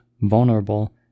vulnerable